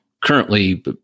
currently